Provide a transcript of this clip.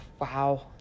Wow